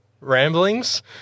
ramblings